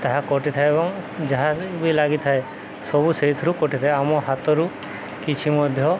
ତାହା କଟିଥାଏ ଏବଂ ଯାହା ବି ଲାଗିଥାଏ ସବୁ ସେଇଥିରୁ କଟିଥାଏ ଆମ ହାତରୁ କିଛି ମଧ୍ୟ